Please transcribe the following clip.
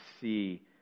see